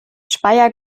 speyer